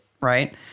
right